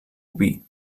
oví